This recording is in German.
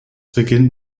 beginnt